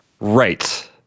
Right